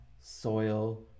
soil